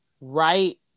right